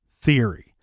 theory